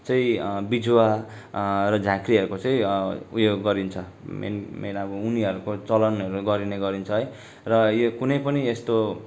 चाहिँ बिजुवा र झाँक्रीहरूको चाहिँ ऊ यो गरिन्छ मेन मेन अब उनीहरूको चलनहरू गरिने गरिन्छ है र यो कुनै पनि यस्तो